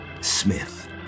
Smith